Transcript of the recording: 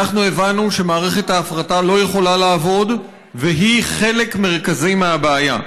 אנחנו הבנו שמערכת ההפרטה לא יכולה לעבוד והיא חלק מרכזי מהבעיה.